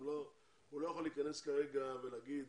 הוא לא יכול להיכנס כרגע ולהגיד,